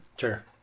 Sure